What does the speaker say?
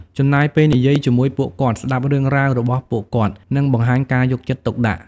ចំណាយពេលនិយាយជាមួយពួកគាត់ ស្ដាប់រឿងរ៉ាវរបស់ពួកគាត់ និងបង្ហាញការយកចិត្តទុកដាក់។